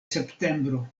septembro